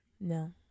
No